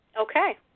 Okay